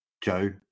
Joe